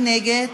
מי נגד?